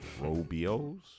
robios